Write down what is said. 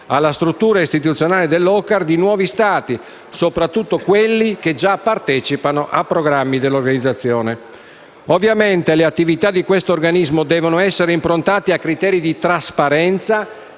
alla struttura istituzionale dell'OCCAR di nuovi Stati, soprattutto quelli che già partecipano ai programmi dell'organizzazione. Ovviamente le attività di questo organismo devono essere improntate a criteri di trasparenza,